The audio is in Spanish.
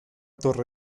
torre